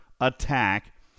attack